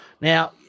Now